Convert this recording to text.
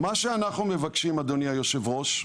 מה שאנחנו מבקשים, אדוני יושב הראש,